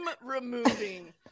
Removing